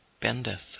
bendeth